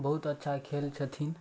बहुत अच्छा खेल छथिन